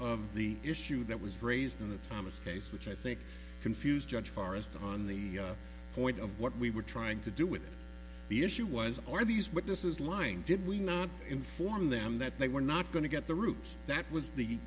of the issue that was raised in the thomas case which i think confused judge forrest on the point of what we were trying to do with the issue was are these but this is lying did we not inform them that they were not going to get the roots that was the